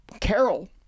carol